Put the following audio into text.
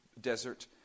desert